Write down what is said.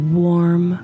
warm